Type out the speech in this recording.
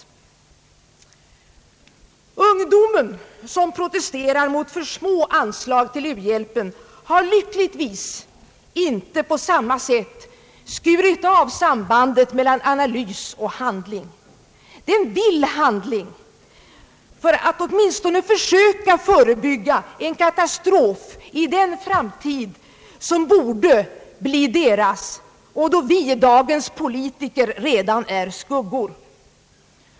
Ungdomen som protesterar mot för små anslag till u-hjälpen har lyckligtvis inte på samma sätt skurit av sambandet mellan analys och handling. Den vill handling för att åtminstone försöka förebygga en katastrof i den framtid som borde bli deras och då vi, dagens politiker, redan är skuggor.